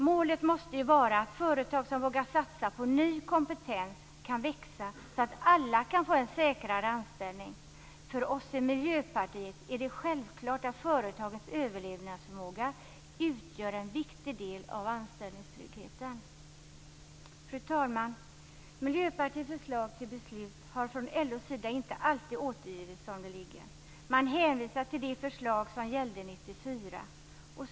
Målet måste ju vara att företag som vågar satsa på ny kompetens kan växa så att alla kan få en säkrare anställning. För oss i Miljöpartiet är det självklart att företagens överlevnadsförmåga utgör en viktig del av anställningstryggheten. Fru talman! Miljöpartiets förslag till beslut har från LO:s sida inte alltid återgivits som det ligger. Man hänvisar till det förslag som gällde 1994.